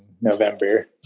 November